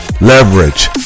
leverage